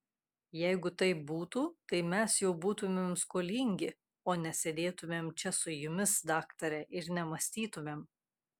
jeigu taip būtų tai mes jau būtumėm skolingi o nesėdėtumėm čia su jumis daktare ir nemąstytumėm